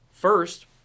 First